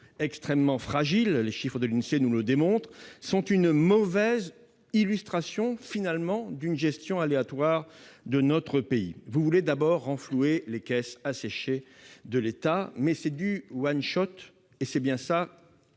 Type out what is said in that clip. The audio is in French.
extrêmement fragile- les chiffres de l'INSEE nous le démontrent -sont finalement une mauvaise illustration d'une gestion aléatoire de notre pays. Vous voulez d'abord renflouer les caisses asséchées de l'État, mais c'est du, comme l'ont bien